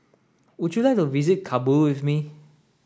would you like to visit Kabul with me